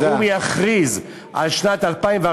שהאו"ם יכריז על שנת 2014